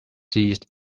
seized